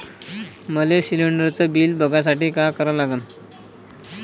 मले शिलिंडरचं बिल बघसाठी का करा लागन?